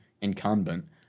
incumbent